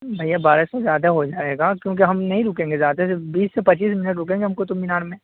بھیا بارہ سو زیادہ ہو جائے گا کیونکہ ہم نہیں رکیں گے زیادہ بیس سے پچیس منٹ رکیں گے ہم قطب مینار میں